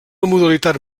modalitat